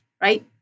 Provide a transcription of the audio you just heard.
Right